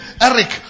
Eric